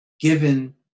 given